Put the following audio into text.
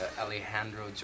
Alejandro